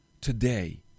today